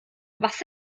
was